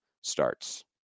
starts